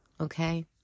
Okay